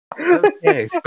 Okay